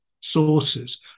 sources